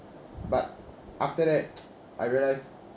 but after that I realise